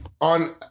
on